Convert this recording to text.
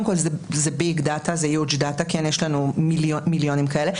קודם כל, זה ביג-דאטה, יש לנו מיליונים כאלה,